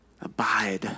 Abide